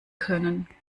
können